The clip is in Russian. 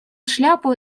шляпу